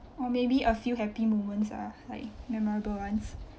or maybe a few happy moments ah like memorable ones